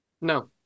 No